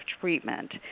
treatment